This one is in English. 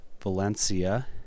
Valencia